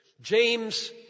James